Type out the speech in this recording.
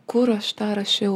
kur aš tą rašiau